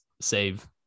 save